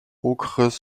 okres